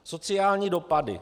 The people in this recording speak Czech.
Sociální dopady.